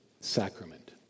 sacrament